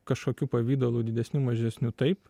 kažkokiu pavidalu didesni mažesni taip